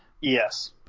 Yes